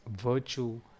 virtue